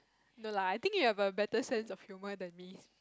no lah I think you have a better sense of humor than me